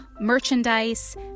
merchandise